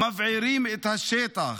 מבעירים את השטח.